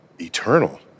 Eternal